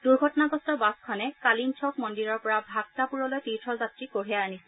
দুৰ্ঘটনাগ্ৰস্ত বাছখনে কালিনচৌক মন্দিৰৰ পৰা ভাক্টাপুৰলৈ তীৰ্থযাত্ৰী কঢ়িয়াই আনিছিল